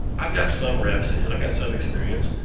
i've got some reps in. i've got some experience.